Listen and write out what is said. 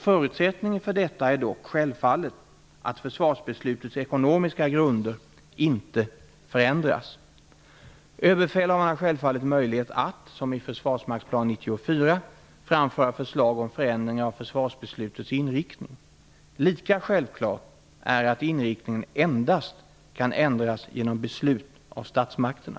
Förutsättningen för detta är dock självfallet att försvarsbeslutets ekonomiska grunder inte förändras. Överbefälhavaren har självfallet möjlighet att -- som i Försvarsmaktsplan 94 -- framföra förslag om förändringar av försvarsbeslutets inriktning. Lika självklart är att inriktningen endast kan ändras genom beslut av statsmakterna.